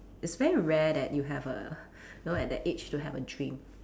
it's very rare that you have a know at that age to have a dream